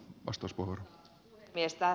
arvoisa puhemies